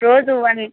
రోజూ వన్